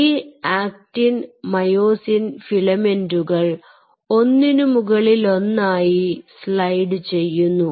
ഈ actin myosin ഫിലമെന്റുകൾ ഒന്നിനുമുകളിലൊന്നായി സ്ലൈഡ് ചെയ്യുന്നു